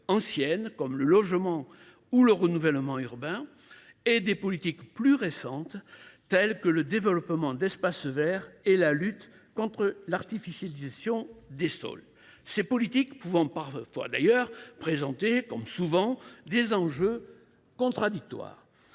comme le logement ou le renouvellement urbain, et des politiques plus récentes, telles que le développement d’espaces verts et la lutte contre l’artificialisation des sols. Ces politiques peuvent en effet paraître parfois contradictoires.